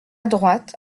droite